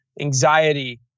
anxiety